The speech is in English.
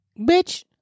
bitch